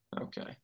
Okay